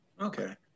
Okay